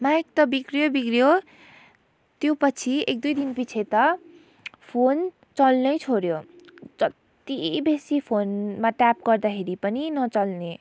mic त बिग्रियो बिग्रियो त्यो पछि एकदुई दिन पछि त फोन चल्नै छोड्यो जति बेसी फोनमा ट्याब गर्दाखेरि पनि नचल्ने